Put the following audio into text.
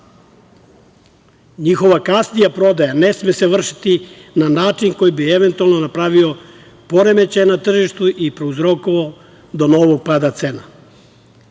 Vlada. Njihova kasnija prodaja ne sme se vršiti na način koji bi eventualno pravio poremećaje na tržištu i prouzrokovao do novog pada